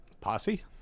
Posse